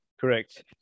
Correct